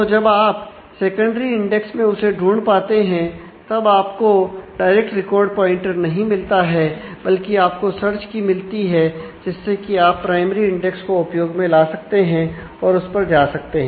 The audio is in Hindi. तो जब आप सेकेंडरी इंडेक्स में उसे ढूंढ पाते हैं तब आपको डायरेक्ट रिकॉर्ड प्वाइंटर नहीं मिलता है बल्कि आपको सर्च की मिलती है जिससे कि आप प्राइमरी इंडेक्स को उपयोग में ला सकते हैं और उस पर जा सकते हैं